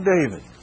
David